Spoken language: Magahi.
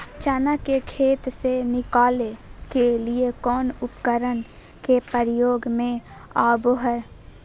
चना के खेत से निकाले के लिए कौन उपकरण के प्रयोग में आबो है?